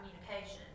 communication